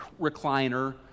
recliner